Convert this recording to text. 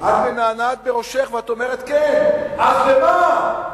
את מנענעת בראשך ואת אומרת "כן" אז למה?